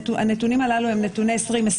הנתונים הללו הם נתוני 2020,